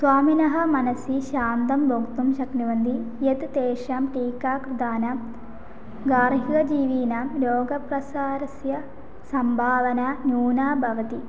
स्वामिनः मनसि शान्तं वोक्तुं शक्नुवन्ति यत् तेषां टीकाकरणं दानं गार्ह्यजीविनां रोगप्रसारस्य सम्भावना न्यूना भवति